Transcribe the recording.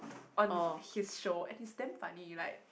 on his show and it's damn funny like